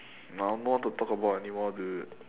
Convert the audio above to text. I don't know what to talk about anymore dude